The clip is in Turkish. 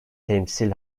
temsil